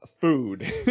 food